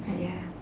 but ya